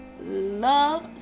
love